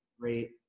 great